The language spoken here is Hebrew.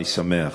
אני שמח